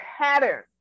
pattern